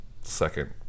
second